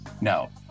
No